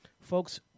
folks